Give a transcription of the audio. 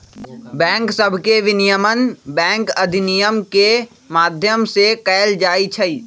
bank सभके विनियमन bank अधिनियम के माध्यम से कएल जाइ छइ